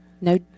No